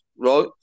right